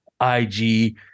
IG